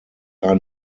are